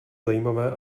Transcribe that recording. zajímavé